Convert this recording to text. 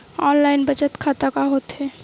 Online बचत खाता का होथे?